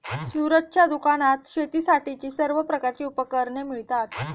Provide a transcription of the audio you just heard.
सूरजच्या दुकानात शेतीसाठीची सर्व प्रकारची उपकरणे मिळतात